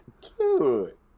Cute